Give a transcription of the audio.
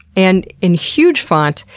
and in huge font,